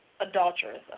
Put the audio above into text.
adulterous